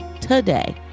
today